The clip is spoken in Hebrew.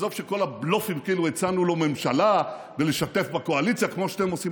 עזוב שכל הבלופים כאילו הצענו לו ממשלה ולשתף בקואליציה כמו שאתם עושים,